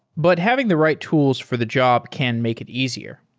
but having the right tools for the job can make it easier.